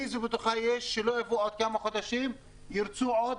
איזו בטוחה יש שלא יבואו עוד כמה חודשים וירצו עוד